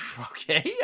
Okay